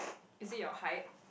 is it your height